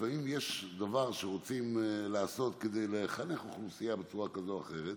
לפעמים יש דבר שרוצים לעשות כדי לחנך אוכלוסייה בצורה כזו או אחרת.